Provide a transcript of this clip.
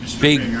big